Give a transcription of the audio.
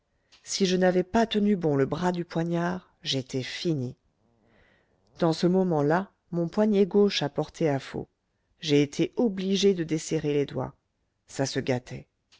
si je n'avais pas tenu bon le bras du poignard j'étais fini dans ce moment-là mon poignet gauche a porté à faux j'ai été obligé de desserrer les doigts ça se gâtait